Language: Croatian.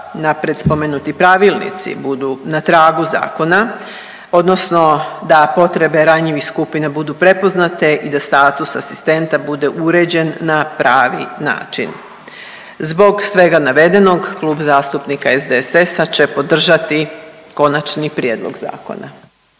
napred spomenuti pravilnici buduna tragu zakona odnosno da potrebe ranjivih skupina budu prepoznate i da status asistenta bude uređen na pravi način. Zbog svega navedenog Klub zastupnika SDSS-a će podržati konačni prijedlog zakona.